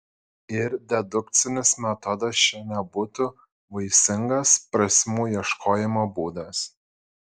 ir dedukcinis metodas čia nebūtų vaisingas prasmių ieškojimo būdas